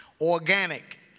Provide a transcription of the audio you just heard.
organic